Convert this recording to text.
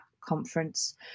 conference